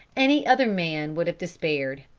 any other man would have despaired.